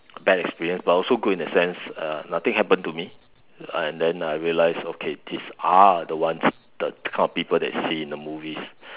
bad experience but also good in a sense err nothing happen to me uh and then I realise okay these are the ones the kind of people that you see in the movies